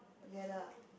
together